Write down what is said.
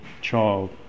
child